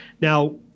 Now